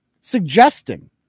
suggesting